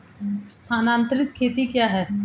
स्थानांतरित खेती क्या है?